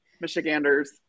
Michiganders